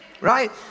Right